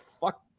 fuck